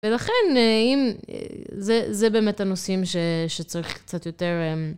ולכן, זה באמת הנושאים שצריך קצת יותר...